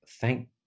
thank